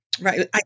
Right